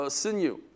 sinew